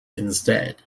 instead